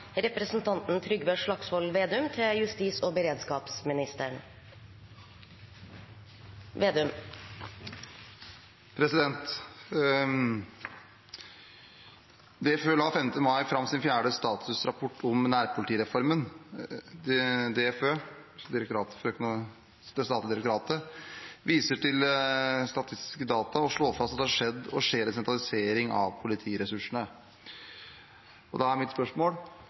la 5. mai frem sin fjerde statusrapport om «nærpolitireformen». DFØ viser til statistiske data og slår fast at det har skjedd og skjer en sentralisering av politiressursene. Er det nå kun regjeringen som ennå ikke har tatt inn over seg at den såkalte «nærpolitireformen» er